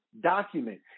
document